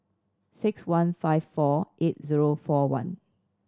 six one five four eight zero four one